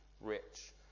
rich